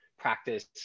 Practice